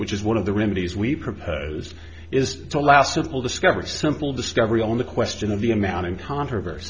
which is one of the remedies we propose is to allow simple discovery simple discovery on the question of the amount in controversy